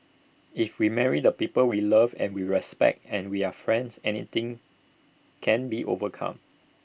if we marry the people we love and we respect and we are friends anything can be overcome